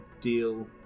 deal